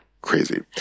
crazy